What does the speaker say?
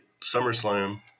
SummerSlam